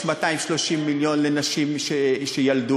יש 230 מיליון לנשים שילדו,